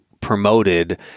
promoted